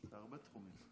גם בתחום הזה.